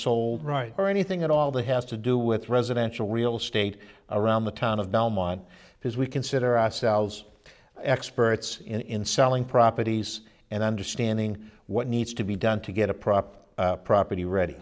sold right or anything at all that has to do with residential real estate around the town of belmont because we consider ourselves experts in selling properties and understanding what needs to be done to get a prop property ready